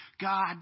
God